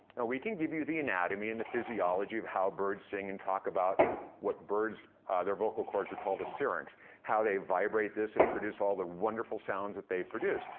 and we can give you the anatomy and the physiology of how birds sing, and talk about what birds their vocal chords are called a syrinx how they vibrate this and produce all the wonderful sounds that they produce.